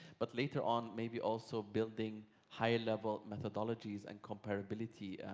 but later on, maybe also building higher level methodologies and comparability